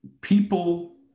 people